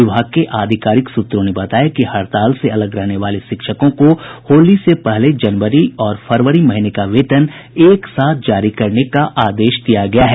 विभाग के आधिकारिक सूत्रों ने बताया कि हड़ताल से अलग रहने वाले शिक्षकों को होली से पहले जनवरी और फरवरी महीने का वेतन एक साथ देने का आदेश दिया गया है